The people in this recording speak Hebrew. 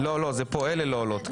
אלה לא עולות.